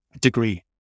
degree